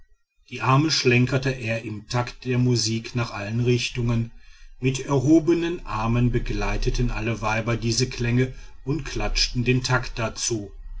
die arme schlenkerte er im takt der musik nach allen richtungen mit erhobenen armen begleiteten alle weiber diese klänge und klatschten den takt dazu